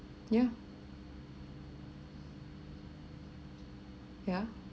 yeah yeah